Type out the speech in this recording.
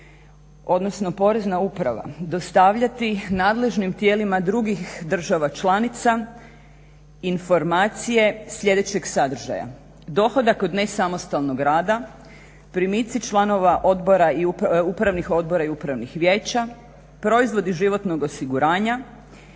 odnosno Porezna uprava dostavljati nadležnim tijelima drugih država članica informacije sljedećeg sadržaja: dohodak od nesamostalnog rada, primici članova odbora upravnih odbora i upravnih vijeća, proizvodi životnog osiguranja,